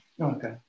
okay